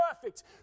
perfect